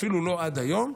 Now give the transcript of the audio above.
אפילו לא עד היום,